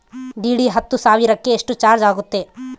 DD ಹತ್ತು ಸಾವಿರಕ್ಕೆ ಎಷ್ಟು ಚಾಜ್೯ ಆಗತ್ತೆ?